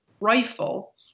rifle